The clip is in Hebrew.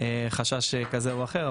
חשש כזה או אחר.